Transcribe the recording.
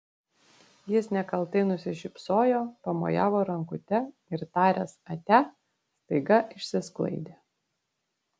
jis nekaltai nusišypsojo pamojavo rankute ir taręs atia staiga išsisklaidė